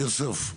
יוסף,